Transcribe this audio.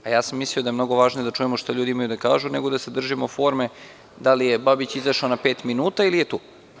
Ja sam mislio da je mnogo važnije da čujemo šta ljudi imaju da kažu, nego da se držimo forme da li je Babić izašao na pet minuta ili je tu.